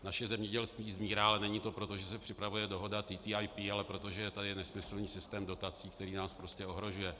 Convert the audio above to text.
Naše zemědělství zmírá, ale není to proto, že se připravuje dohoda TTIP, ale protože je tady nesmyslný systém dotací, který nás prostě ohrožuje.